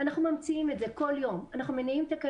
אנשים מטיילים ויוצאים בכל הארץ,